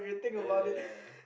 ya ya ya